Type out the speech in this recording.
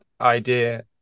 idea